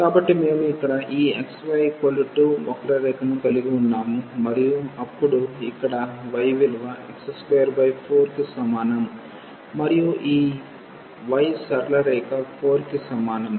కాబట్టి మేము ఇక్కడ ఈ xy 2 వక్రరేఖను కలిగి ఉన్నాము మరియు అప్పుడు ఇక్కడ y విలువ x24 కి సమానం మరియు ఈ y సరళరేఖ 4 కి సమానం